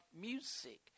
music